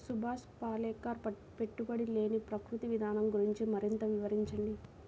సుభాష్ పాలేకర్ పెట్టుబడి లేని ప్రకృతి విధానం గురించి మరింత వివరించండి